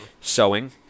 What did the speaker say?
Sewing